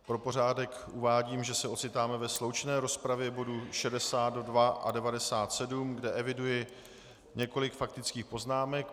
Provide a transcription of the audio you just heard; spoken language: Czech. Pro pořádek uvádím, že se ocitáme ve sloučené rozpravě bodů 62 a 97, kde eviduji několik faktických poznámek.